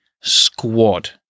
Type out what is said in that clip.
squad